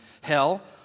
hell